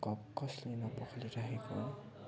cup कसले नपखाली राखेको हो